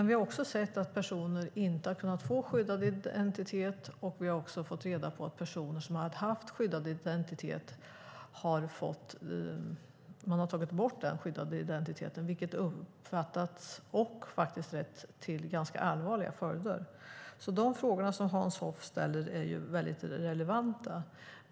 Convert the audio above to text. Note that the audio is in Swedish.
Vi har också sett att personer inte har kunnat få skyddad identitet, och vi har fått reda på att man har tagit bort den skyddade identiteten från personer som har haft den, vilket har uppfattats som och faktiskt har lett till ganska allvarliga följder. De frågor som Hans Hoff ställer är alltså väldigt relevanta.